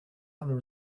other